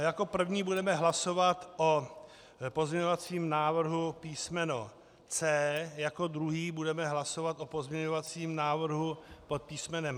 Jako první budeme hlasovat o pozměňovacím návrhu písmeno C, jako druhý budeme hlasovat o pozměňovacím návrhu pod písmenem